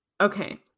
Okay